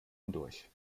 hindurch